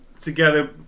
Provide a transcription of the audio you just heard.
together